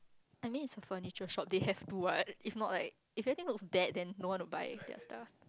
I mean it's a furniture shop they have to what if not like if everything look bad then no one will buy their stuff